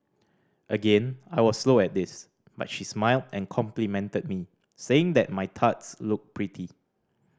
again I was slow at this but she smiled and complimented me saying that my tarts looked pretty